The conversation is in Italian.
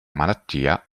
malattia